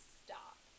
stop